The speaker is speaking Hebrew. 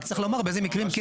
רק צריך לומר באיזה מקרים כן.